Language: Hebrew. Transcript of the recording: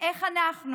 איך אנחנו